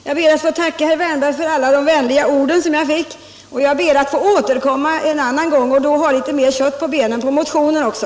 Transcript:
Herr talman! Jag ber att få tacka herr Wärnberg för alla de vänliga orden. Jag skall återkomma en annan gång och då ha litet mer kött på benen på motionen också.